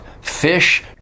fish